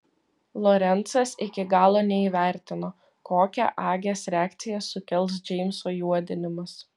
lorencas iki galo neįvertino kokią agės reakciją sukels džeimso juodinimas